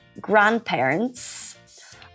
grandparents